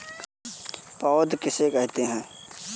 पौध किसे कहते हैं?